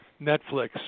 Netflix